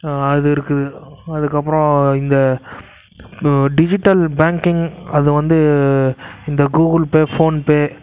அது இருக்குது அதுக்கப்புறம் இந்த டிஜிட்டல் பேங்கிங் அது வந்து இந்த கூகுள் பே ஃபோன்பே